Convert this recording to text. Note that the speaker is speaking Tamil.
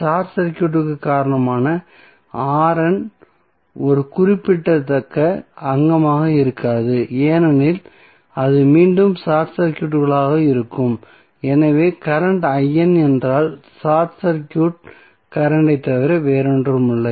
ஷார்ட் சர்க்யூட் காரணமாக ஒரு குறிப்பிடத்தக்க அங்கமாக இருக்காது ஏனெனில் அது மீண்டும் ஷார்ட் சர்க்யூட்களாக இருக்கும் எனவே கரண்ட் என்றால் ஷார்ட் சர்க்யூட் கரண்ட் ஐத் தவிர வேறொன்றுமில்லை